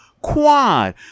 Quad